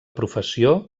professió